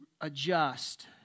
adjust